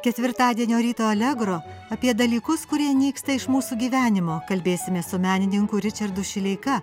ketvirtadienio ryto allegro apie dalykus kurie nyksta iš mūsų gyvenimo kalbėsimės su menininku ričardu šileika